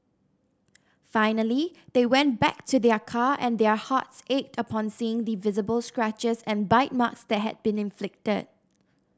finally they went back to their car and their hearts ached upon seeing the visible scratches and bite marks that had been inflicted